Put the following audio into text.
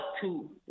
two